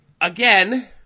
Again